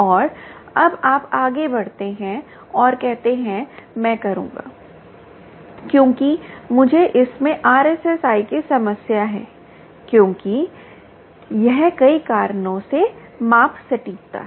और अब आप आगे बढ़ते हैं और कहते हैं कि मैं करूँगा क्योंकि मुझे इसमें RSSI की समस्या है क्योंकि यह कई कारणों से माप सटीकता है